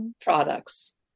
products